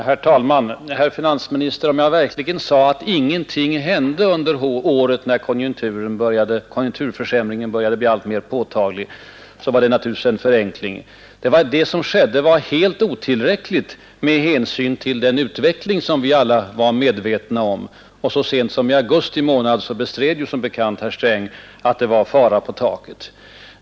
Herr talman! Om jag verkligen sade att ”ingenting hände under året” när konjunkturförsämringen började bli alltmer påtaglig var det naturligtvis en förenkling, herr finansminister. Jag avsåg att säga att det som skedde var helt otillräckligt med hänsyn till den utveckling som vi alla var medvetna om, och så sent som i augusti månad bestred som bekant herr Sträng att det var fara på taket.